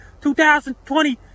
2020